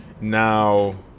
Now